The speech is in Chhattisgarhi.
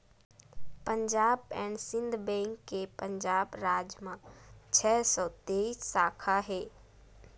पंजाब एंड सिंध बेंक के पंजाब राज म छै सौ तेइस साखा हे